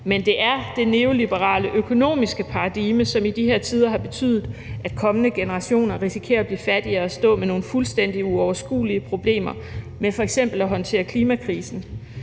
men det er det neoliberale økonomiske paradigme, som i de her tider har betydet, at kommende generationer risikerer at blive fattigere og stå med nogle fuldstændig uoverskuelige problemer med f.eks. at håndtere klimakrisen.